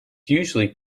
usually